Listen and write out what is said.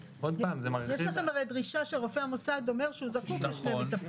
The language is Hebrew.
הרי יש לכם דרישה שרופא המוסד אומר שהוא זקוק לשני מטפלים.